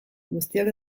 guztiok